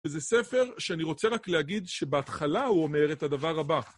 וזה ספר שאני רוצה רק להגיד שבהתחלה הוא אומר את הדבר הבא.